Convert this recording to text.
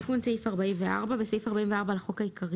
תיקון סעיף 4425.בסעיף 44 לחוק העיקרי